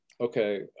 okay